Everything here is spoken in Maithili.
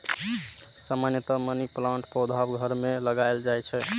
सामान्यतया मनी प्लांटक पौधा घर मे लगाएल जाइ छै